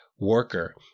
worker